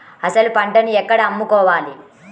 అసలు పంటను ఎక్కడ అమ్ముకోవాలి?